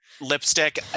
lipstick